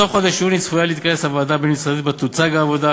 בסוף חודש יוני צפויה להתכנס הוועדה הבין-משרדית שבה תוצג העבודה.